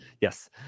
yes